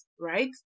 right